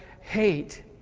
hate